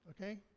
okay